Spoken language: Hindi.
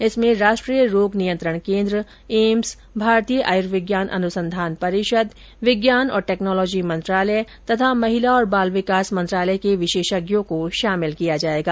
इसमें राष्ट्रीय रोग नियंत्रण केन्द्र एम्स भारतीय आयुर्विज्ञान अनुसंधान परिषद विज्ञान और टैक्नोलॉजी मंत्रालय तथा महिला और बाल विकास मंत्रालय के विशेषज्ञों को शामिल किया जाएगा